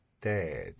dad